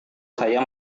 saya